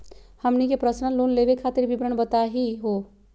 हमनी के personal loan लेवे खातीर विवरण बताही हो?